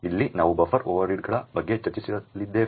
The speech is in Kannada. ಇಲ್ಲಿ ನಾವು ಬಫರ್ ಓವರ್ರೀಡ್ಗಳ ಬಗ್ಗೆ ಚರ್ಚಿಸಲಿದ್ದೇವೆ